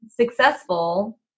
successful